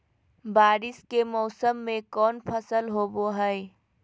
बारिस के मौसम में कौन फसल होबो हाय?